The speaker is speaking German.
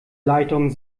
leitung